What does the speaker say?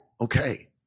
Okay